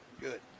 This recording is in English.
good